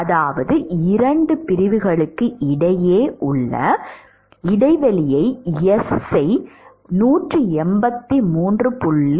அதாவது இரண்டு பிரிவுகளுக்கு இடையே உள்ள இடைவெளியை S ஐ 183